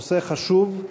נושא חשוב,